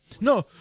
No